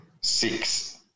six